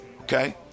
Okay